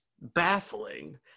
baffling